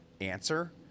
answer